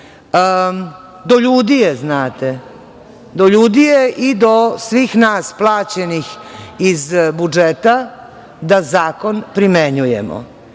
Do ljudi je znate. Do ljudi je i do svih nas plaćenih iz budžeta da zakon primenjujemo. Ono